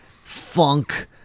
funk